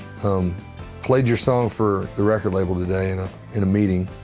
um played your song for the record label today in ah in a meeting,